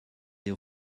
des